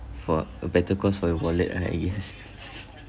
for a better cost for your wallet right I guess